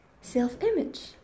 self-image